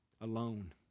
alone